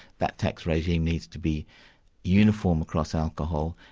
that tax regime needs to be uniform across alcohol,